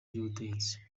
ry’ubutegetsi